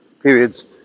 periods